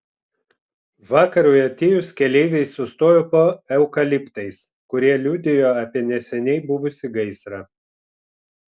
vakarui atėjus keleiviai sustojo po eukaliptais kurie liudijo apie neseniai buvusį gaisrą